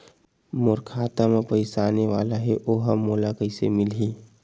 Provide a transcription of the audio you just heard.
मोर खाता म पईसा आने वाला हे ओहा मोला कइसे मिलही?